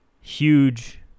Huge